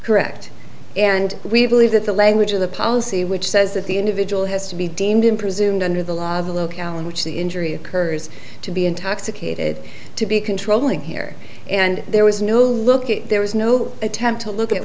correct and we believe that the language of the policy which says that the individual has to be deemed an presumed under the law of the locale in which the injury occurs to be intoxicated to be controlling here and there was no looking there was no attempt to look at